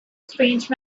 strange